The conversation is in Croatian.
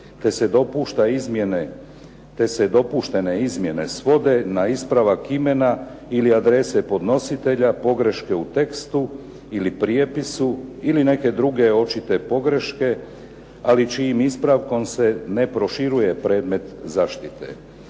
te se dopuštene izmjene svode na ispravak imena ili adrese podnositelja, pogreške u tekstu ili prijepisu ili neke druge očite pogreške, ali čijim ispravkom se ne proširuje predmet zaštite.